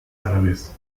árabes